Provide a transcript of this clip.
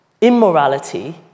immorality